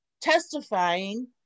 testifying